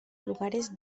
lugares